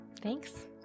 Thanks